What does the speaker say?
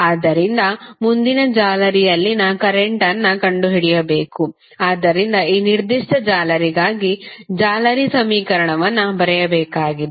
ಆದ್ದರಿಂದ ಮುಂದಿನ ಜಾಲರಿಯಲ್ಲಿನ ಕರೆಂಟ್ಅನ್ನು ಕಂಡುಹಿಡಿಯಬೇಕು ಆದ್ದರಿಂದ ಈ ನಿರ್ದಿಷ್ಟ ಜಾಲರಿಗಾಗಿ ಜಾಲರಿ ಸಮೀಕರಣವನ್ನು ಬರೆಯಬೇಕಾಗಿದೆ